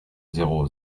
zéro